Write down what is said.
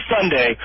Sunday